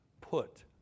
put